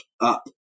up